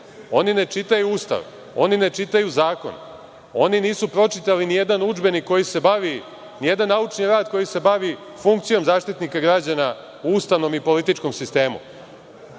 oni ne čitaju Ustav, oni ne čitaju zakon, oni nisu pročitali ni jedan udžbenik koji se bavi, ni jedan naučni rad koji se bavi funkcijom Zaštitnika građana o ustavnom i političkom. Sudija